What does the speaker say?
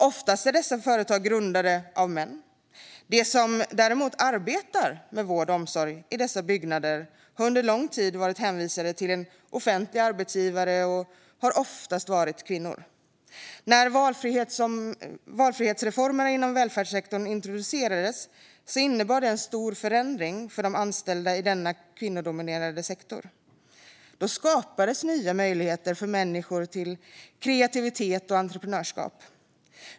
Oftast är dessa företag grundade av män. De som däremot arbetar med vård och omsorg i dessa byggnader har under lång tid varit hänvisade till en offentlig arbetsgivare och har oftast varit kvinnor. När valfrihetsreformerna inom välfärdssektorn introducerades innebar det en stor förändring för de anställda i denna kvinnodominerade sektor. Då skapades nya möjligheter för människor till kreativitet och entreprenörskap.